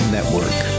Network